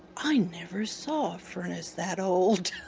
i never saw a furnace that old.